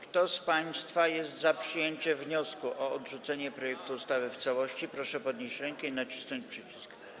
Kto z państwa jest za przyjęciem wniosku o odrzucenie projektu ustawy w całości, proszę podnieść rękę i nacisnąć przycisk.